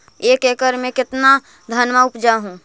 एक एकड़ मे कितना धनमा उपजा हू?